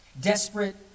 Desperate